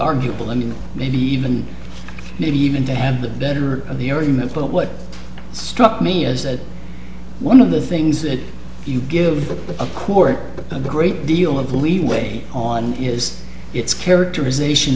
arguable and maybe even maybe even to have the better of the argument but what struck me is that one of the things that you give a court a great deal of legal weight on is its characterization